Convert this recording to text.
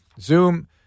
Zoom